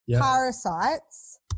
parasites